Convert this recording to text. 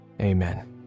amen